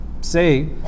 Say